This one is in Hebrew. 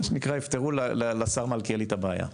יפתרו לשר מלכיאלי את הבעיה.